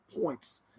points